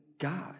God